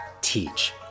teach